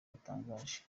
butangaje